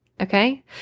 okay